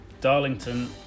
Darlington